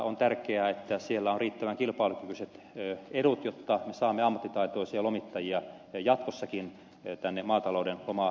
on tärkeää että siellä on riittävän kilpailukykyiset edut jotta me saamme ammattitaitoisia lomittajia jatkossakin tänne maatalouden lomajärjestelmään